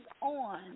on